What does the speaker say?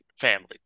family